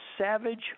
Savage